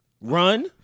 Run